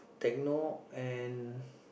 techno and